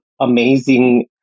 amazing